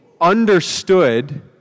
understood